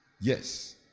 Yes